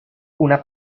una